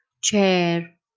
chair